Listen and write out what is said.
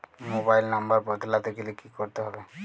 Mobile নম্বর বদলাতে গেলে কি করতে হবে?